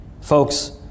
Folks